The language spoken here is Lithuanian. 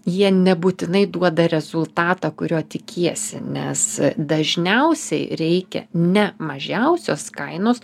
jie nebūtinai duoda rezultatą kurio tikiesi nes dažniausiai reikia ne mažiausios kainos